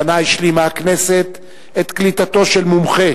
השנה השלימה הכנסת את קליטתו של מומחה